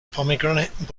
pomegranate